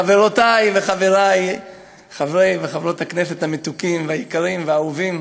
חברותי וחברי חברי וחברות הכנסת המתוקים והיקרים והאהובים,